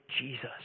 Jesus